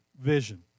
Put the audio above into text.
vision